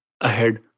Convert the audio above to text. ahead